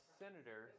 senator